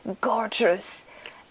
gorgeous